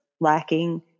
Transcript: lacking